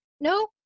No